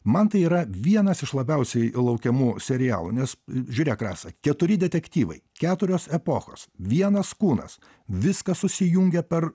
man tai yra vienas iš labiausiai laukiamų serialų nes žiūrėk rasa keturi detektyvai keturios epochos vienas kūnas viskas susijungia per